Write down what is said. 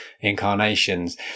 incarnations